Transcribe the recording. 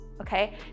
okay